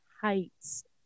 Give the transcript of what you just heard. heights